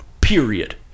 Period